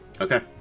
Okay